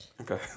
Okay